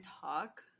talk